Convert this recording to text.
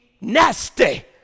nasty